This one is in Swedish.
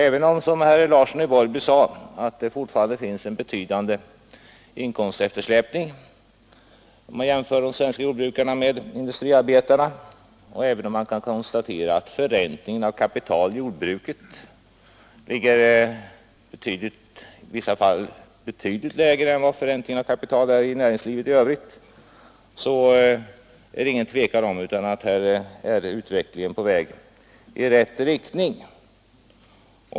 Även om, som herr Larsson i Borrby sade, det fortfarande finns en betydande inkomsteftersläpning om man jämför de svenska jordbrukarna med industriarbetare, och även om man kan konstatera att förräntningen av kapital i jordbruket ligger i vissa fall betydligt lägre än förräntningen av kaptital i näringslivet i övrigt, så är det inget tvivel om att utvecklingen är på väg i rätt riktning.